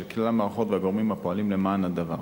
כלל המערכות והגורמים הפועלים למען הדבר.